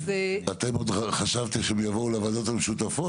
אתם עוד חשבתם שהם יבואו לוועדות המשותפות,